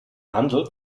handel